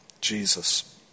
Jesus